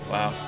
Wow